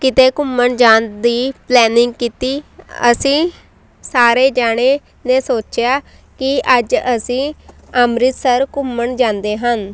ਕਿਤੇ ਘੁੰਮਣ ਜਾਣ ਦੀ ਪਲੈਨਿੰਗ ਕੀਤੀ ਅਸੀਂ ਸਾਰੇ ਜਣੇ ਨੇ ਸੋਚਿਆ ਕਿ ਅੱਜ ਅਸੀਂ ਅੰਮ੍ਰਿਤਸਰ ਘੁੰਮਣ ਜਾਂਦੇ ਹਨ